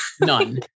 None